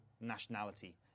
nationality